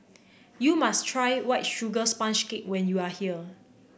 you must try White Sugar Sponge Cake when you are here